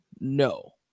No